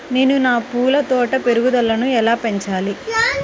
నేను నా పూల తోట పెరుగుదలను ఎలా పెంచాలి?